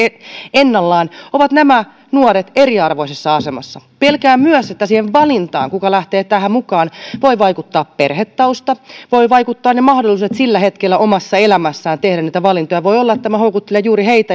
ennallaan ovat nämä nuoret eriarvoisessa asemassa pelkään myös että siihen valintaan kuka lähtee tähän mukaan voi vaikuttaa perhetausta voivat vaikuttaa ne mahdollisuudet sillä hetkellä omassa elämässään tehdä valintoja voi olla että tämä houkuttelee juuri heitä